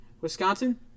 Wisconsin